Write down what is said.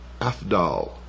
Afdal